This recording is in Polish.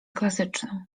klasyczną